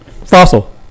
Fossil